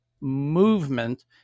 movement